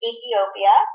Ethiopia